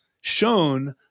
shown